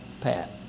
Pat